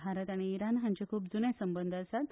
भारत आनी इराण हांचे खूब पोरणे संबंद आसात